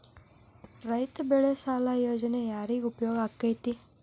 ರೈತ ಬೆಳೆ ಸಾಲ ಯೋಜನೆ ಯಾರಿಗೆ ಉಪಯೋಗ ಆಕ್ಕೆತಿ?